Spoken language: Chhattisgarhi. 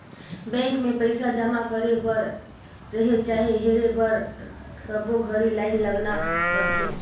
बेंक मे पइसा जमा करे बर रहें चाहे हेरे बर सबो घरी लाइन लगाना परथे